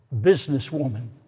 businesswoman